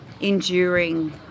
enduring